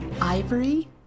Ivory